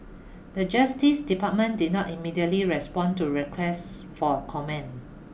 The Justice Department did not immediately respond to request for comment